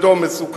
כביש אדום מסוכן,